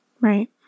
Right